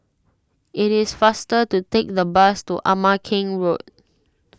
it is faster to take the bus to Ama Keng Road